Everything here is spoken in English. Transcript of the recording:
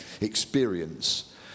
experience